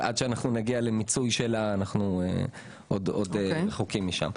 עד שנגיע למיצוי שלה, אנחנו עוד רחוקים משם.